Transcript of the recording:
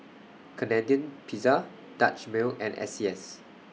Canadian Pizza Dutch Mill and S C S